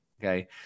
Okay